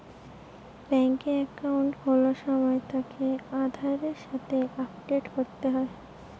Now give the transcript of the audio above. বেংকে একাউন্ট খোলার সময় তাকে আধারের সাথে আপডেট করতে হয়